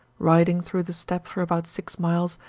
riding through the steppe for about six miles,